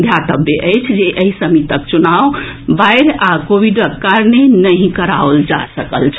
ध्यातव्य अछि जे एहि समितिक चुनाव बाढ़ि आ कोविडक कारणे नहि कराओल जा सकल छल